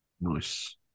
nice